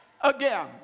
again